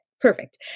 perfect